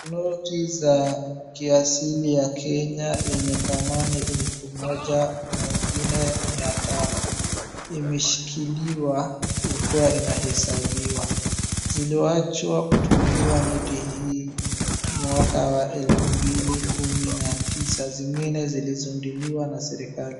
Noti za kiasili ya Kenya yenye dhamani elfu moja na ingine mia tano, imeshikiliwa ilikuwa inahesabiwa. Ziliwachwa kutumiwa noti hii mwaka wa elfu mbili kumi na tisa, zingine zilizundiliwa na serikali.